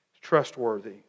trustworthy